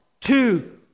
two